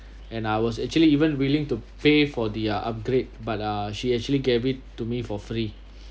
and I was actually even willing to pay for their upgrade but ah she actually gave it to me for free